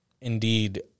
indeed